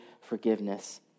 forgiveness